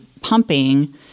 pumping